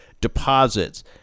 deposits